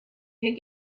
could